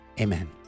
Amen